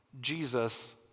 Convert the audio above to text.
Jesus